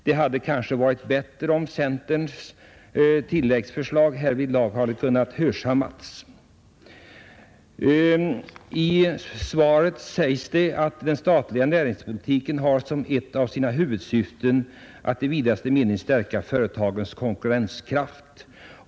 Det hade dock varit bättre om centerns tilläggsförslag härvidlag hade kunnat hörsammas. I svaret sägs att den statliga näringspolitiken har som ett av sina huvudsyften att i vidaste mening stärka företagens konkurrenskraft.